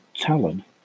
Talon